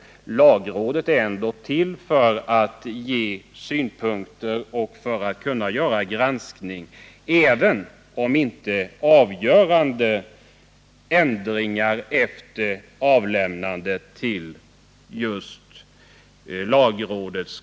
Lagrådet är ändå till för att ge synpunkter och göra en granskning. Men avgörande ändringar bör inte göras i en proposition efter avlämnandet till lagrådet.